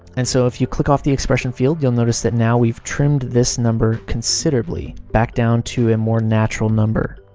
and so, if you click off the expression field, you'll notice that now we've trimmed this number considerably back down to a more natural number.